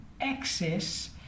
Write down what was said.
access